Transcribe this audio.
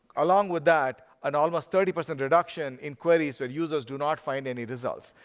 along with that, an almost thirty percent reduction in queries where users do not find any results.